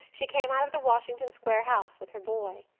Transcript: she came out of the washington square house with her boy.